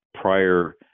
prior